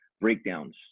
breakdowns